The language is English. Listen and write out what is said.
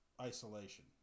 isolation